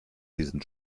diesen